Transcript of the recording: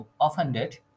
offended